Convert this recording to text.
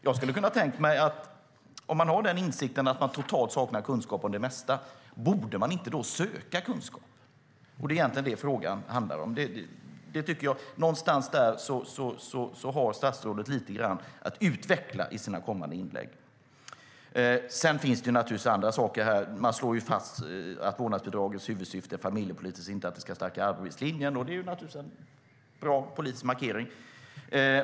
Jag skulle kunna tänka mig att om man har insikt om att man totalt saknar kunskap om det mesta, borde man inte då söka kunskap? Det är egentligen det som frågan handlar om. Någonstans där har statsrådet lite grann att utveckla i sina kommande inlägg. Statsrådet slår fast i svaret att vårdnadsbidragets huvudsyfte är familjepolitiskt, inte att det ska stärka arbetslinjen. Det är naturligtvis en bra politisk markering.